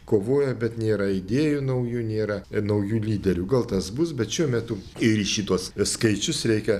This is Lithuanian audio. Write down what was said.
kovoja bet nėra idėjų naujų nėra naujų lyderių gal tas bus bet šiuo metu ir į šituos skaičius reikia